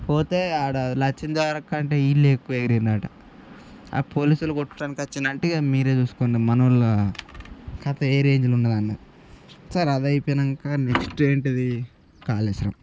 పోతే ఆడ లక్ష్మీదేవర కంటే వీళ్ళే ఎక్కువ ఎగిరేరంట ఆ పోలీసువాళ్ళు కొట్టడానికి వచ్చారంటే మీరే చూసుకోండి మన వాళ్ళ కథ ఏ రేంజ్లో ఉన్నాదన్నది సరే అది అయిపోయాక నెక్స్ట్ ఏంటది కాలేశ్వరం